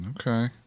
Okay